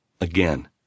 Again